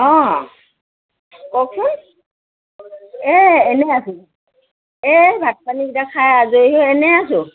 অঁ কওকচোন এই এনেই আছো এই ভাত পানীকেইটা খাই আজৰি এনেই আছো